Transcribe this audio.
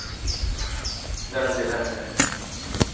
जागोन दे जागोन जागोन